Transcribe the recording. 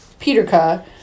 Peterka